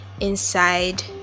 inside